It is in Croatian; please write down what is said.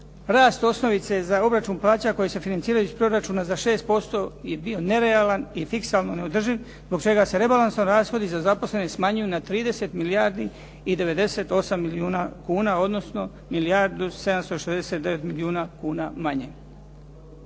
rast osnovice za obračun plaća koji se financiranju iz proračuna za 6% je bio nerealan i fiskalno neodrživ, zbog čega se rebalansom rashodi za zaposlene smanjuju na 30 milijardi i 98 milijuna kuna, odnosno milijardu 769 milijuna kuna manje.